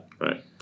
Right